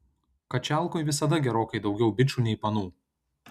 kačialkoj visada gerokai daugiau bičų nei panų